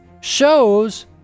shows